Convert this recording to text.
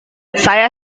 saya